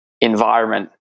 environment